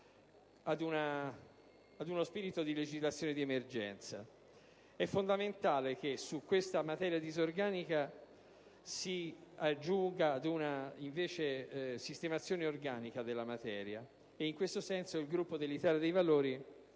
a uno spirito di legislazione di emergenza. È fondamentale che in questa materia disorganica si giunga a una sistemazione organica. In questo senso il Gruppo dell'Italia dei Valori